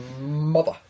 Mother